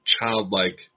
childlike